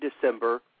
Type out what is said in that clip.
December